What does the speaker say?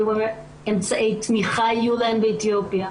אלו אמצעי תמיכה יהיו להן באתיופיה?